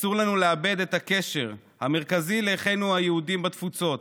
אסור לנו לאבד את הקשר המרכזי לאחינו היהודים בתפוצות,